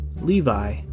Levi